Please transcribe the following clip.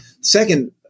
second